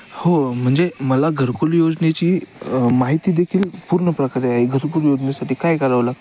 हो म्हणजे मला घरकुल योजनेची माहिती देखील पूर्ण प्रकारे आहे घरकुल योजनेसाठी काय करावं लागतं